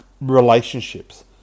relationships